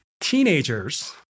teenagers